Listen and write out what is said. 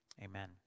amen